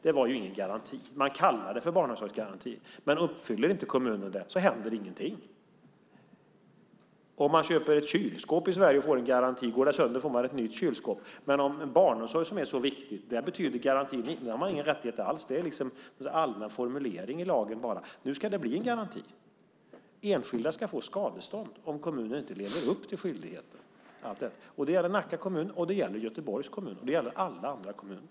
Det var ju ingen garanti. Man kallade det för en barnomsorgsgaranti, men uppfyllde kommunen inte den så hände ingenting. Om man köper ett kylskåp i Sverige och får en garanti får man ett nytt kylskåp om det första går sönder, men i barnomsorgen, som är så viktig, betyder garantin ingenting. Där har man inga rättigheter alls. Det är bara en allmän formulering i lagen. Nu ska det bli en garanti. Enskilda ska få skadestånd om kommunen inte lever upp till den här skyldigheten. Det gäller Nacka kommun, och det gäller Göteborgs kommun, liksom det gäller alla andra kommuner.